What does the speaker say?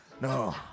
No